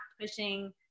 pushing